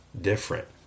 different